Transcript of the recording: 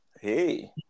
Hey